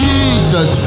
Jesus